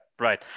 right